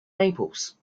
naples